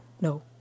no